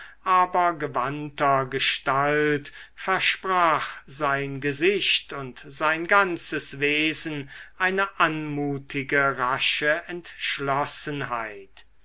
aber gewandter gestalt versprach sein gesicht und sein ganzes wesen eine anmutige rasche entschlossenheit